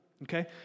Okay